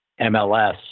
MLS